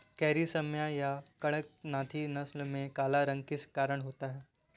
Carry श्यामा या कड़कनाथी नस्ल में काला रंग किस कारण होता है?